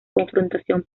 confrontación